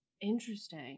Interesting